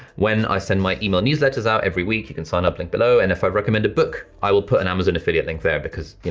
when i send my email newsletters out every week, you can sign up, link below, and if i recommend a book, i will put an amazon affiliate link there because, you